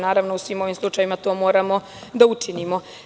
Naravno u svim ovim slučajevima to moramo da učinimo.